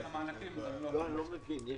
אני לא אמון על המענקים